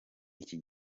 iki